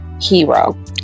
hero